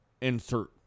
insert